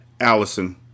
Allison